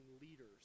leaders